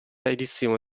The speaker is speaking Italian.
edizione